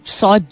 saw